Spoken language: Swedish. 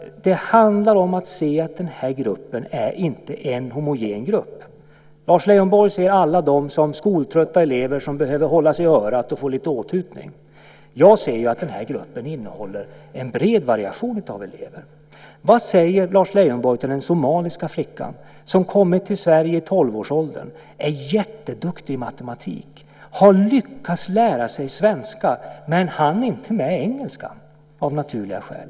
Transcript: Det handlar om att se att den här gruppen inte är homogen. Lars Leijonborg ser dem alla som skoltrötta elever som behöver hållas i örat och få lite åthutning. Jag ser att gruppen innehåller en bred variation av elever. Vad säger Lars Leijonborg till den somaliska flickan som kommit till Sverige i 12-årsåldern, är jätteduktig i matematik, har lyckats lära sig svenska men inte hann med engelskan, av naturliga skäl?